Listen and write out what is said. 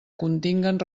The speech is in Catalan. continguen